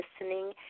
listening